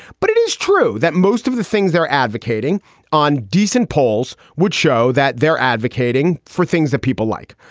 but it is true that most of the things they're advocating on decent polls would show that they're advocating for things that people like.